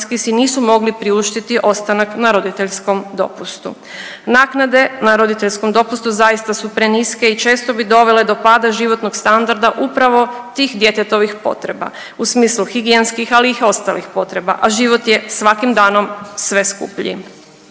nisu mogli priuštiti ostanak na roditeljskom dopustu. Naknade na roditeljskom dopustu zaista su preniske i često bi dovele do pada životnog standarda upravo tih djetetovih potreba u smislu higijenskih ali i ostalih potreba, a život je svakim danom sve skuplji.